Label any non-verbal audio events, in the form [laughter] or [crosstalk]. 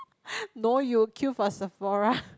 [breath] no you'll queue for Sephora [laughs]